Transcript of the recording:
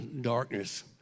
darkness